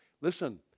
Listen